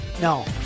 No